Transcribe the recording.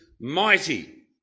mighty